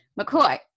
McCoy